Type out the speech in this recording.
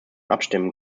abstimmen